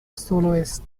soloist